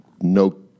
no